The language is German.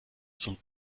zum